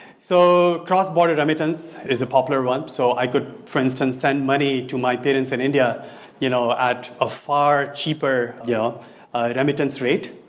so cross board remittance is a popular one so i could for instance send money to my parents in india you know at a far cheaper yeah remittance rate.